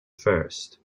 first